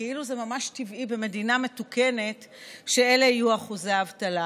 כאילו זה ממש טבעי במדינה מתוקנת שאלה יהיו אחוזי האבטלה.